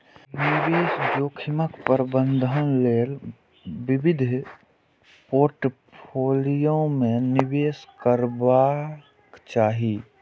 निवेश जोखिमक प्रबंधन लेल विविध पोर्टफोलियो मे निवेश करबाक चाही